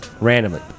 randomly